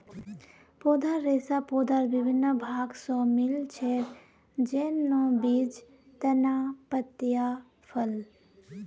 पौधार रेशा पौधार विभिन्न भाग स मिल छेक, जैन न बीज, तना, पत्तियाँ, फल